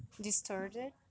distorted